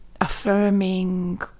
affirming